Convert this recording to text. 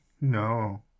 No